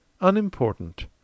unimportant